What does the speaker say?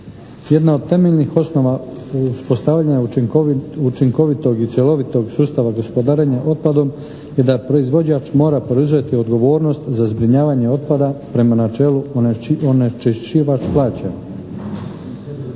Jedna od temeljnih osnova uspostavljanja učinkovitog i cjelovitog sustava gospodarenja otpadom je da proizvođač mora preuzeti odgovornost za zbrinjavanje otpada prema načelu onečišćivač plaća.